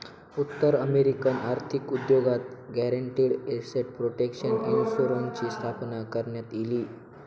उत्तर अमेरिकन आर्थिक उद्योगात गॅरंटीड एसेट प्रोटेक्शन इन्शुरन्सची स्थापना करण्यात इली